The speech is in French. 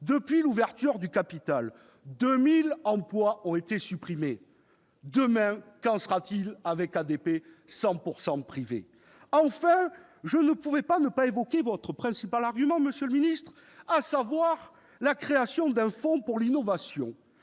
Depuis l'ouverture du capital, 2 000 emplois ont été supprimés ; demain, qu'en sera-t-il, avec ADP à 100 % privé ? Monsieur le ministre, je ne peux pas ne pas évoquer votre principal argument, à savoir la création d'un fonds pour l'innovation.